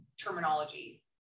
terminology